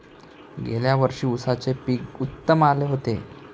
गेल्या वर्षी उसाचे पीक उत्तम आले होते